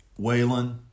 Waylon